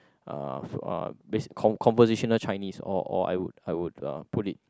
uh uh basic con~ conversational Chinese or or I would I would uh put it